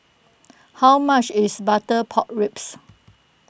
how much is Butter Pork Ribs